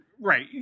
Right